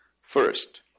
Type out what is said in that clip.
First